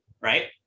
right